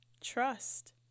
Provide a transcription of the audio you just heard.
trust